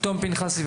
תום פנחסי,